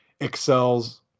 excels